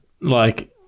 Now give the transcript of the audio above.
like-